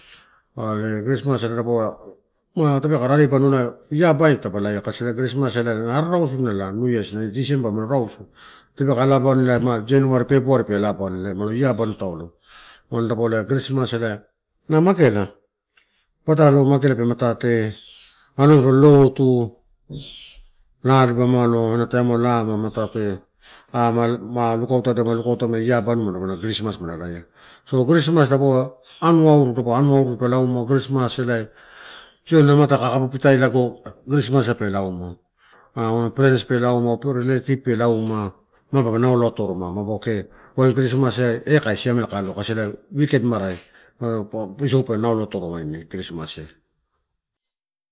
Are christmas dapau ma tape rarebanu na year bai balaia kasi christmas ele arasunala new year december olo rausu tape ka ala ma january, february pe alaubani, ela malo year banutau lo. Umado dapau christmas le na mageala patalo mageala pe matate anua di lotu, laa dipa amalo taim laa ma matate ama ma lukauto de ba lukauto me year banu mada lo christmas ma laia. So christmas dapaua anua, dapau anu anu dipa laumo christmas elai tiona amatai kakabu pitai lago christmas a pe lauma. Ma prens pelauma relatives pelauma, navava naulo atoro ma boboke pa christmas eh kain siamelau kai aloa kasi elai weekend marai, na paua isou pe naulo atoro gaine chrismase.